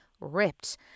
ripped